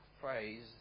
phrase